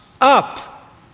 up